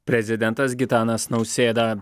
prezidentas gitanas nausėda